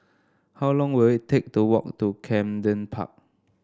how long will it take to walk to Camden Park